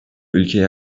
ülkeye